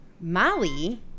Molly